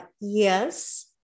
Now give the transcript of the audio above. yes